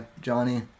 Johnny